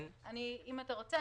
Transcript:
אם אתה רוצה,